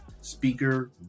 speaker